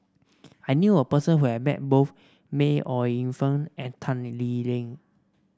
I knew a person who has met both May Ooi Yu Fen and Tan Lee Leng